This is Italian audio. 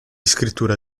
scrittura